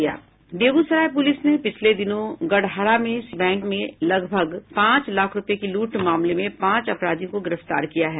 Begusarai police ने पिछले दिनों गढ़हरा में एक बैंक शाखा में लगभग पांच लाख रूपये की लूट मामले में पांच अपराधियों को गिरफ्तार किया है